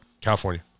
California